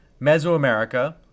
Mesoamerica